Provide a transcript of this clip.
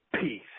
Peace